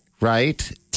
right